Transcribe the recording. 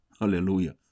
Hallelujah